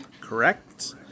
Correct